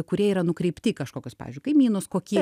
kurie yra nukreipti į kažkokius pavyzdžiui kaimynus kokie